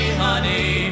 honey